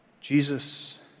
Jesus